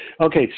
Okay